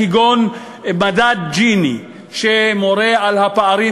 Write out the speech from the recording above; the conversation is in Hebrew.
כגון מדד ג'יני, שמורה על הפערים